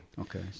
Okay